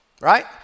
right